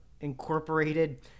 incorporated